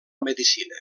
medicina